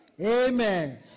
Amen